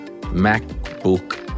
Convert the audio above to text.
MacBook